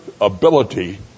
ability